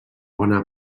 bona